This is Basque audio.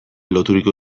loturiko